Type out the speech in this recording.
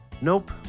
Nope